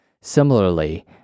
Similarly